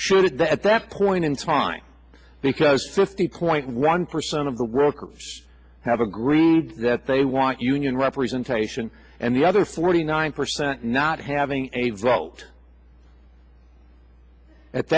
should that at that point in time because fifty point one percent of the workers have agreed that they want union representation and the other forty nine percent not having a vote at